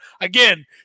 Again